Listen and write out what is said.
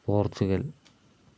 Portugal